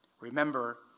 Remember